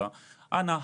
- אנא,